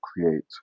create